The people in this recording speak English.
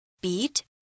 Beat